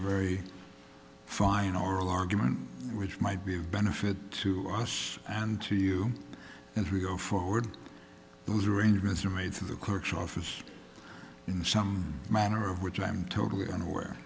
very fine oral argument which might be of benefit to us and to you as we go forward those arrangements are made to the clerk's office in some manner of which i'm totally unaware